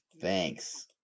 Thanks